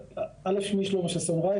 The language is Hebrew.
שמי שלמה ששון רייך,